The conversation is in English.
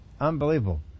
unbelievable